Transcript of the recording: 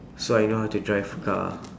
so I know how to drive car